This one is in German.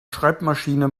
schreibmaschine